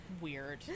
weird